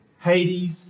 Hades